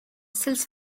sells